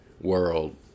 world